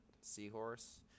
seahorse